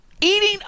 eating